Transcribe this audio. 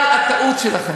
אבל הטעות שלכם,